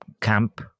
camp